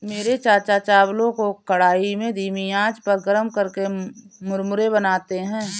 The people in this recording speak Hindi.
मेरे चाचा चावलों को कढ़ाई में धीमी आंच पर गर्म करके मुरमुरे बनाते हैं